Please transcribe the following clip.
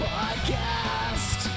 Podcast